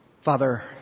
Father